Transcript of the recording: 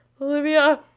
Olivia